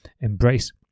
embrace